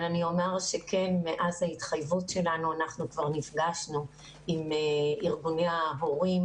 אבל אני אומר שכן מאז ההתחייבות שלנו אנחנו נפגשנו עם ארגוני ההורים,